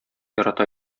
ярата